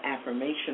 affirmation